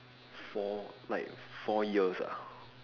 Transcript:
four like four years ah